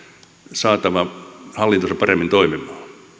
saatava hallintonsa paremmin toimimaan